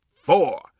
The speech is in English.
four